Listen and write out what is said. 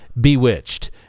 bewitched